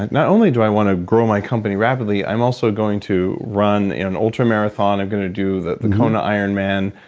not only do i want to grow my company rapidly, i'm also going to run an ultramarathon. i'm going to do the the kona iron man,